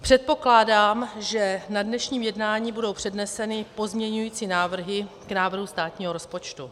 Předpokládám, že na dnešním jednání budou předneseny pozměňovací návrhy k návrhu státního rozpočtu.